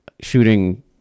shooting